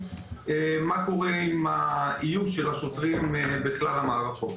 מה קורה עם האיוש של השוטרים בכלל המערכות.